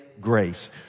grace